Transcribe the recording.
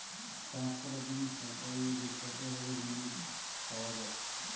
চাষ করার জন্য সরকারি ও বেসরকারি ভাবে লোন পাওয়া যায়